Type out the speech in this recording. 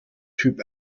typ